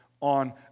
on